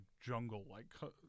jungle-like